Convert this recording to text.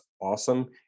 awesome